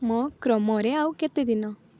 ମୋ କ୍ରମରେ ଆଉ କେତେ ଦିନ